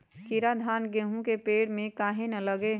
कीरा धान, गेहूं के पेड़ में काहे न लगे?